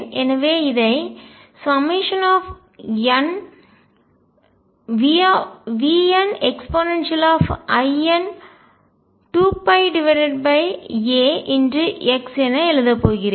எனவே இதை nVnein2πax என எழுதப் போகிறேன்